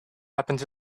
happened